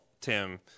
Tim